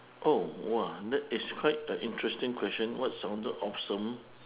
oh !wah! that it's quite a interesting question what sounded awesome